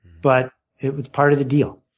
but it was part of the deal.